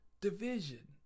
division